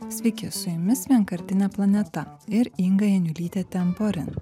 sveiki su jumis vienkartinė planeta ir inga janiulytė temporin